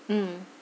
mm